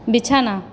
বিছানা